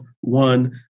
one